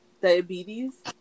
diabetes